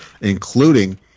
including